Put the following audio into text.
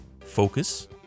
Focus